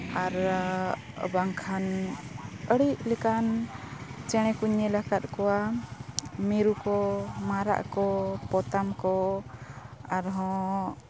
ᱟᱨ ᱵᱟᱝᱠᱷᱟᱱ ᱟᱹᱰᱤ ᱞᱮᱠᱟᱱ ᱪᱮᱬᱮ ᱠᱚᱧ ᱧᱮᱞ ᱟᱠᱟᱫ ᱠᱚᱣᱟ ᱢᱤᱨᱩ ᱠᱚ ᱢᱟᱨᱟᱜ ᱠᱚ ᱯᱚᱛᱟᱢ ᱠᱚ ᱟᱨᱦᱚᱸ